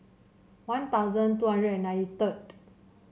One Thousand two hundred and ninety third